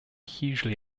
hugely